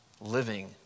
living